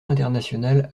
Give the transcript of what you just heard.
international